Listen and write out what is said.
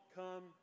come